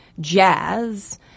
jazz